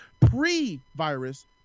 pre-virus